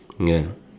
ya